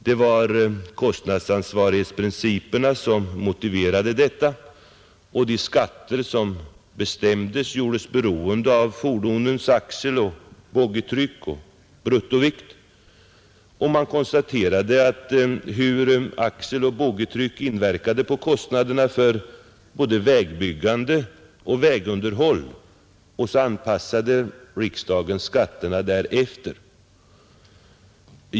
Det var kostnadsansvarighetsprinciperna som motiverade detta, och de skatter som bestämdes gjordes beroende av fordonens axeloch boggietryck samt bruttovikt. Man konstaterade hur axeloch boggietryck inverkade på kostnaderna för både vägbyggande och vägunderhåll, och så anpassade riksdagen skatterna därefter.